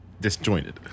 disjointed